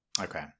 Okay